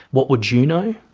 what would you know,